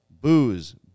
booze